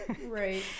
Right